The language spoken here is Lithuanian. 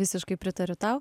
visiškai pritariu tau